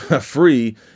free